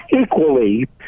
equally